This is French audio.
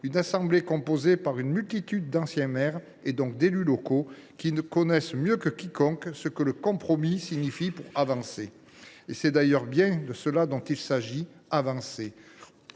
une assemblée composée d’une multitude d’anciens maires, donc d’élus locaux, qui connaissent mieux que quiconque ce que le compromis signifie pour avancer. Avancer, c’est bien de cela qu’il s’agit.